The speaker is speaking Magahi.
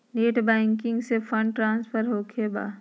नेट बैंकिंग से फंड ट्रांसफर होखें बा?